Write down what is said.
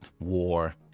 war